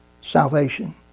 salvation